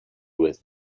with